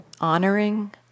honoring